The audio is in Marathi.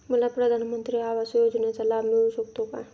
मला प्रधानमंत्री आवास योजनेचा लाभ मिळू शकतो का?